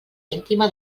íntima